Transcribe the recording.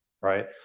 right